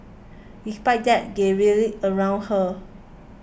despite that they rallied around her